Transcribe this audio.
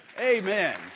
Amen